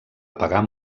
apagar